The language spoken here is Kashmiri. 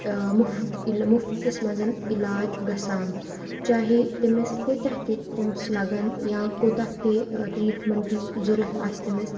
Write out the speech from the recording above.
مُفت عِلا مُفتَس منٛز علاج گژھان چاہے تٔمِس کۭتیاہ تہِ پونٛسہٕ لَگَن یا کوٗتاہ تہِ ٹرٛیٖٹمنٛٹٕچ ضوٚرَتھ آسہِ تٔمِس